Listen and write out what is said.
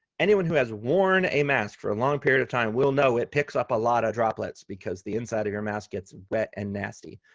anyone who has worn a mask for a long period of time will know it picks up a lot of droplets because the inside of your mask gets wet and nasty.